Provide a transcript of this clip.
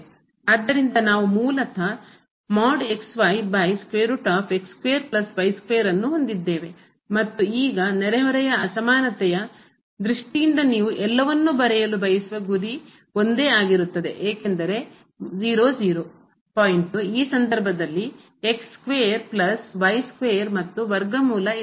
ಆದ್ದರಿಂದ ನಾವು ಮೂಲತಃ ಮತ್ತು ಈಗ ನೆರೆಹೊರೆಯ ಅಸಮಾನತೆಯ ದೃಷ್ಟಿಯಿಂದ ನೀವು ಎಲ್ಲವನ್ನೂ ಬರೆಯಲು ಬಯಸುವ ಗುರಿ ಒಂದೇ ಆಗಿರುತ್ತದೆ ಏಕೆಂದರೆ ಪಾಯಿಂಟ್ ಈ ಸಂದರ್ಭದಲ್ಲಿ ಸ್ಕ್ವೇರ್ ಪ್ಲಸ್ ಸ್ಕ್ವೇರ್ ಮತ್ತು ವರ್ಗ ಮೂಲ ಇರುತ್ತದೆ